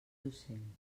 docent